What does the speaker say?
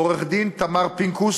לעורכת-הדין תמר פינקוס,